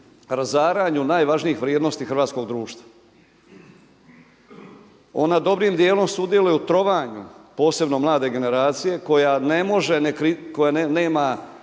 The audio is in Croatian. razaranju najvažnijih vrijednosti hrvatskog društva. Ona dobrim djelom sudjeluje u trovanju posebno mlade generacije koja ne